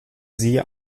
sie